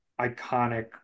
iconic